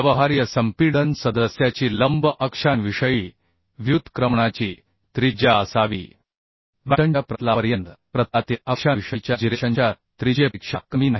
व्यवहार्य संपीडन सदस्याची लंब अक्षांविषयी बॅटनच्या प्रतलापर्यंत जिरेशनची त्रिज्या असावी प्रतलातील अक्षांविषयीच्या जिरेशनच्या त्रिज्येपेक्षा कमी नाही